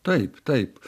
taip taip